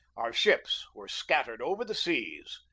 our ships were scattered over the seas.